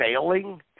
failing